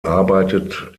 arbeitet